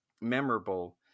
memorable